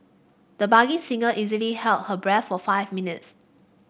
the budding singer easily held her breath for five minutes